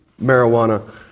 marijuana